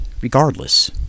regardless